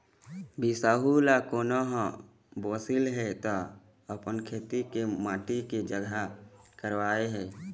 बिसाहू ल कोनो ह बोलिस हे त अपन खेत के माटी के जाँच करवइस हे